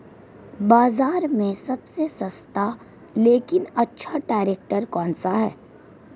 बाज़ार में सबसे सस्ता लेकिन अच्छा ट्रैक्टर कौनसा है?